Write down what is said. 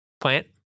Plant